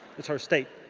it's her state.